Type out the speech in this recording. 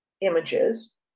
images